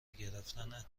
گرفتن